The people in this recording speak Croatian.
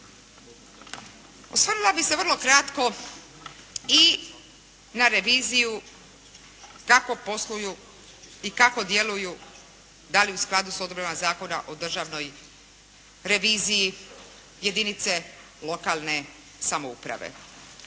Osvrnula bih se vrlo kratko i na reviziju kako posluju i kako djeluju da li u skladu s odredbama Zakona o državnoj reviziji jedinice lokalne samouprave.